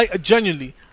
genuinely